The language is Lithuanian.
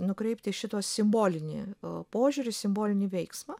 nukreipti į šituos simbolinį požiūriu simbolinį veiksmą